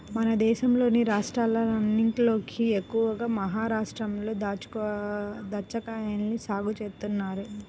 మన దేశంలోని రాష్ట్రాలన్నటిలోకి ఎక్కువగా మహరాష్ట్రలో దాచ్చాకాయల్ని సాగు చేత్తన్నారు